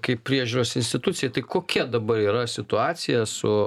kaip priežiūros institucija tai kokia dabar yra situacija su